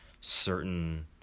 certain